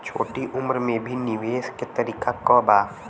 छोटी उम्र में भी निवेश के तरीका क बा?